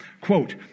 Quote